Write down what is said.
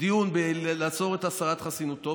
דיון בעצירת הסרת חסינותו,